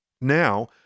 Now